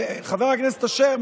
חבר הכנסת אשר,